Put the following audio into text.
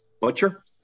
butcher